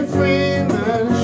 Freeman